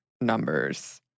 numbers